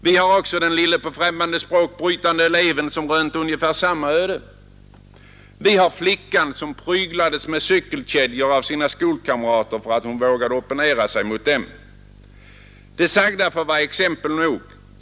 Vi har också den lille, på främmande språk brytande eleven, som rönte ungefär samma öde. Vi har flickan som pryglades med cykelkedjor av sina skolkamrater för att hon vågade opponera sig mot dem. Det sagda får vara exempel nog.